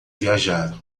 viajar